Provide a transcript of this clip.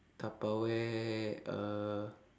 Tupperware uh